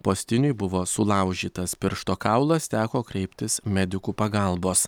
postiniui buvo sulaužytas piršto kaulas teko kreiptis medikų pagalbos